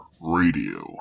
Radio